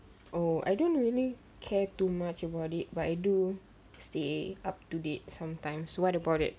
oh I don't really care too much about it but I do stay up to date sometimes what about it